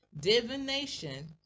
Divination